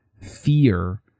fear